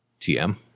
TM